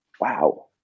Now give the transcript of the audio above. wow